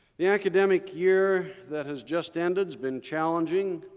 the academic year that has just ended has been challenging,